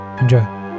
Enjoy